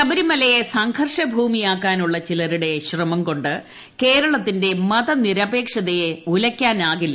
ശബരിമലയെ സംഘർഷ ഭൂമിയാക്കാനുള്ള ചിലരുടെ ശ്രമം കൊണ്ട് കേരളത്തിന്റെ മതനിരപേക്ഷതയെ ഉലയ്ക്കാനാകില്ല